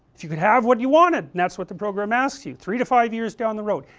if you could have what you wanted, and that's what the program asks you three to five years down the road,